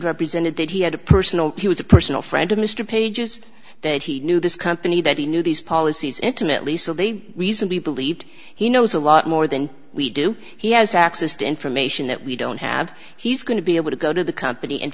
represented that he had a personal he was a personal friend of mr pages that he knew this company that he knew these policies intimately so they reasonably believed he knows a lot more than we do he has access to information that we don't have he's going to be able to go to the company and